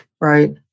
Right